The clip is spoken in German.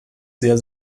sehr